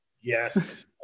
Yes